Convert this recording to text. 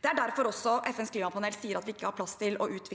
Det er derfor også FNs klimapanel sier at vi ikke har plass til å utvikle